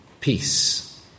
peace